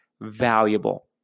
valuable